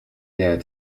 der